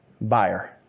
buyer